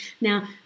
Now